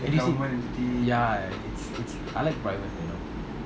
N_T_U_C ya it's it's I like private you know